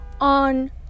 on